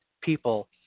people